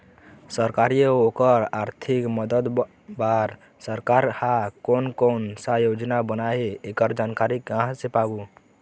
सरकारी अउ ओकर आरथिक मदद बार सरकार हा कोन कौन सा योजना बनाए हे ऐकर जानकारी कहां से पाबो?